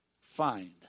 find